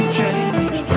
change